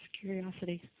curiosity